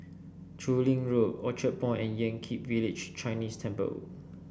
Chu Lin Road Orchard Point and Yan Kit Village Chinese Temple